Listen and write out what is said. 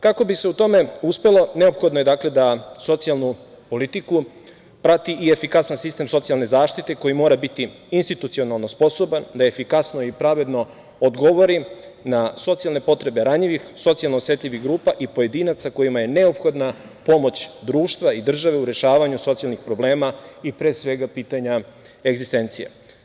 Kako bi se u tome uspelo, neophodno je, dakle, da socijalnu politiku prati i efikasan sistem socijalne zaštite, koji mora biti institucionalno sposoban da efikasno i pravedno odgovori na socijalne potrebe ranjivih, socijalno osetljivih grupa i pojedinaca kojima je neophodna pomoć društva i države u rešavanju socijalnih problema i pre svega pitanja egzistencija.